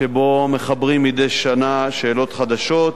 שבו מחברים מדי שנה שאלות חדשות,